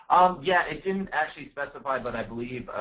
yeah, it didn't actually specify but i believe